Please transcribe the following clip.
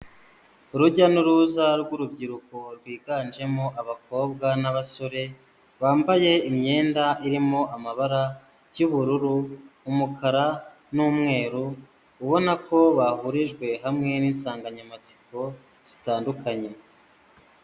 Urujya n'uruza rw'urubyiruko rwiganjemo abakobwa n'abasore bambaye imyenda irimo amabara y'ubururu, umukara n'umweru ubona ko bahurijwe hamwe n'insanganyamatsiko zitandukanye.